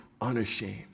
unashamed